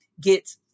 get